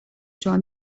turn